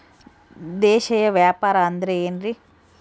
ದೇಶೇಯ ವ್ಯಾಪಾರ ಅಂದ್ರೆ ಏನ್ರಿ?